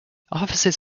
offices